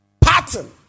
Pattern